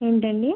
ఏంటి అండి